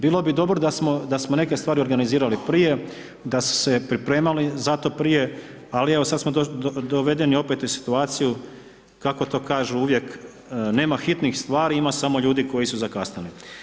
Bilo bi dobro da smo neke stvari organizirali prije, da su se pripremali za to prije, ali evo sada smo dovedeni opet u situaciju kako to kažu uvijek nema hitnijih stvari ima samo ljudi koji su zakasnili.